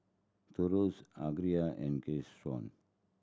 Thos Alger and Keyshawn